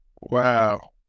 Wow